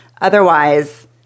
Otherwise